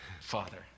Father